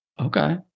Okay